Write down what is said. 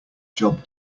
job